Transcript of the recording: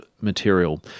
material